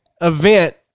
event